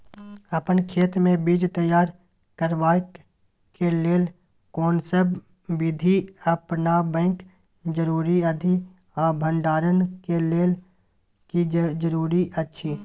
अपन खेत मे बीज तैयार करबाक के लेल कोनसब बीधी अपनाबैक जरूरी अछि आ भंडारण के लेल की जरूरी अछि?